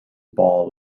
ball